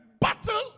battle